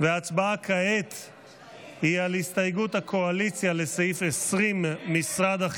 אני קובע כי הצעת חוק הפחתת הגירעון